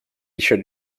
should